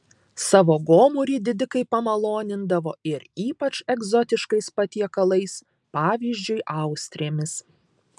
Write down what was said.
savo gomurį didikai pamalonindavo ir ypač egzotiškais patiekalais pavyzdžiui austrėmis